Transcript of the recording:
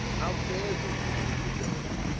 how fares it with you, boduoc?